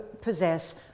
possess